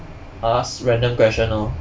ask random question orh